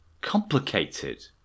complicated